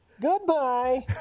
Goodbye